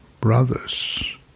brother's